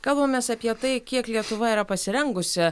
kalbamės apie tai kiek lietuva yra pasirengusi